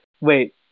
Wait